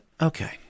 Okay